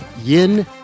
yin